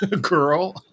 girl